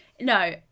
no